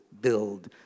build